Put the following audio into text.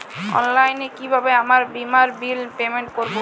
অনলাইনে কিভাবে আমার বীমার বিল পেমেন্ট করবো?